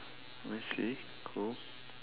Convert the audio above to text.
I see cool